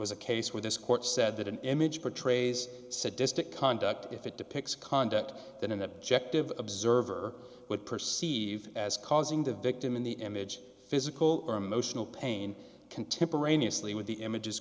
was a case where this court said that an image portrays sadistic conduct if it depicts a conduct than an objective observer would perceive as causing the victim in the image physical or emotional pain contemporaneously with the images